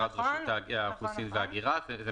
רשות האוכלוסין וההגירה יש כאן טעות,